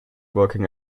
working